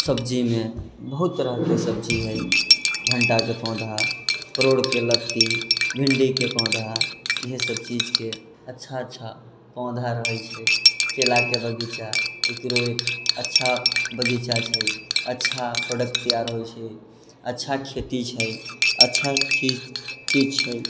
सब्जीमे बहुत तरहके सब्जी हइ भाँटाके पौधा परोड़के लत्ती भिण्डीके पौधा इएहसब चीजके अच्छा अच्छा पौधा होइ छै केलाके बगीचा एकरो एक अच्छा बगीचा छै अच्छा प्रोडक्ट तैयार होइ छै अच्छा खेती छै अच्छा चीज चीज छै